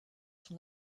son